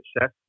chef